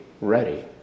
ready